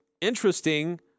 interesting